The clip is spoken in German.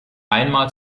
einmal